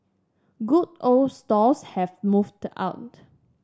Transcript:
good old stalls have moved out